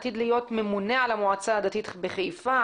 עתיד להיות ממונה על המועצה הדתית בחיפה.